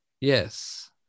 Yes